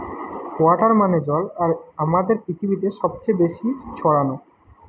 water মানে জল আর আমাদের পৃথিবীতে সবচে বেশি ছড়ানো